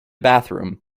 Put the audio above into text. bathroom